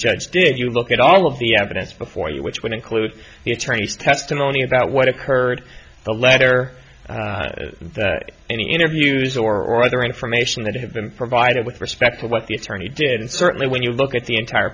judge did you look at all of the evidence before you which would include the attorneys testimony about what occurred the letter or any interviews or other information that had been provided with respect to what the attorney did and certainly when you look at the entire